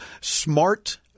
smart